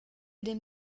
dem